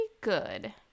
good